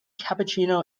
cappuccino